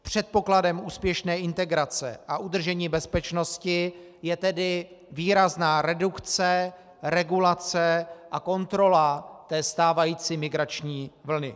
Předpokladem úspěšné integrace a udržení bezpečnosti je tedy výrazná redukce, regulace a kontrola stávající migrační vlny.